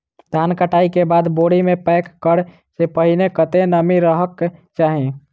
धान कटाई केँ बाद बोरी मे पैक करऽ सँ पहिने कत्ते नमी रहक चाहि?